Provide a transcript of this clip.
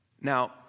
Now